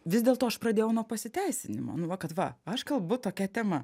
vis dėlto aš pradėjau nuo pasiteisinimo nu va kad va aš kalbu tokia tema